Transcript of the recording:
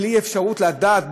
בלי אפשרות לדעת,